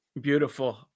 Beautiful